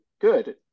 good